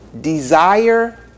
desire